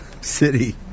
City